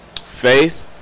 Faith